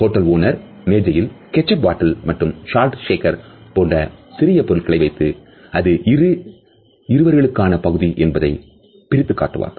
hotel owner மேஜையில் ketchup bottles மற்றும்salt shaker போன்ற சிறிய பொருட்களை வைத்து அது இரு இருவர்களுக்கான பகுதி என்பதை பிரித்து காட்டுவார்கள்